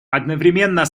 одновременно